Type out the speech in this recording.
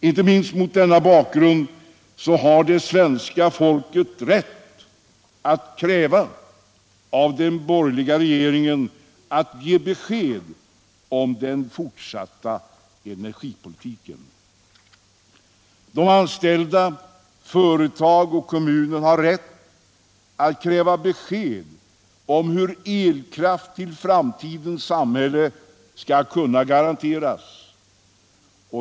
Inte minst mot denna bakgrund har det svenska folket rätt att kräva av den borgerliga regeringen att den ger besked om den fortsatta energipolitiken. De anställda, företag och kommuner har rätt att kräva besked om hur elkraft till framtidens samhälle skall kunna garanteras.